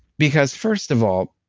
because first of all,